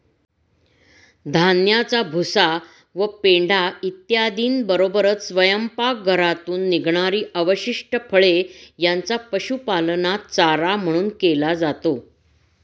धान्याचा भुसा व पेंढा इत्यादींबरोबरच स्वयंपाकघरातून निघणारी अवशिष्ट फळे यांचा पशुपालनात चारा म्हणून केला जातो